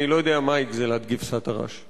אני לא יודע מהי גזלת כבשת הרש.